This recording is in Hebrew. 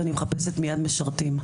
אני מחפשת מיד משרתים.